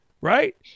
right